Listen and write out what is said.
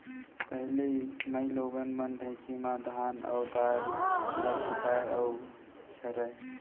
पहिली माइलोगन मन ढेंकी म धान अउ दार ल कूटय अउ छरयँ